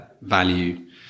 value